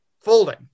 folding